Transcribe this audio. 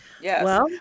Yes